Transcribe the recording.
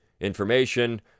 information